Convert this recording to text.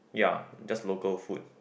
ya just local food